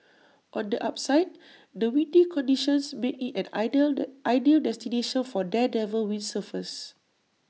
on the upside the windy conditions make IT an ideal ideal destination for daredevil windsurfers